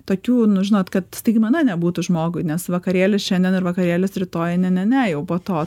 tokių nu žinot kad staigmena nebūtų žmogui nes vakarėlis šiandien ar vakarėlis rytoj ne ne ne jau po to